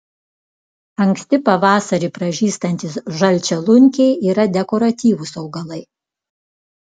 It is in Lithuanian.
anksti pavasarį pražystantys žalčialunkiai yra dekoratyvūs augalai